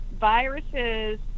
viruses